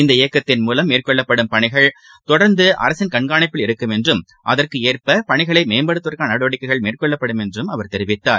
இந்த இயக்கத்தின் மூலம் மேற்கொள்ளப்படும் பணிகள் தொடர்ந்து கண்காணிப்பில் இருக்கும் என்றும் அதற்கேற்பபணிகளைமேம்படுத்துவதற்கானநடவடிக்கைகள் அரசின் மேற்கொள்ளப்படும் என்றும் அவர் தெரிவித்தார்